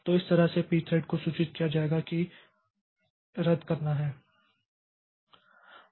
तो इस तरह से इस pthread को सूचित किया जाएगा कि रद्द करना है